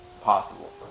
possible